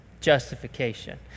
justification